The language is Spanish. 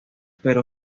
pero